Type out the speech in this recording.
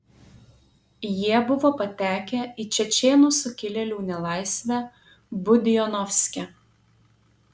jie buvo patekę į čečėnų sukilėlių nelaisvę budionovske